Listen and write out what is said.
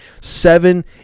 Seven